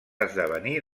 esdevenir